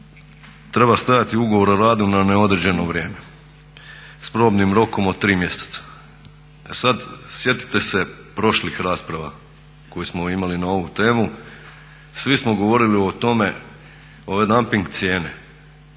treba stajati ugovor o radu na neodređeno vrijeme s probnim rokom od tri mjeseca. E sada sjetite se prošlih rasprave koje smo imali na ovu temu, svi smo govorili o tome ove damping cijene,